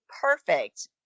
perfect